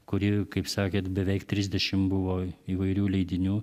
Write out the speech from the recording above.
kuri kaip sakėt beveik trisdešimt buvo įvairių leidinių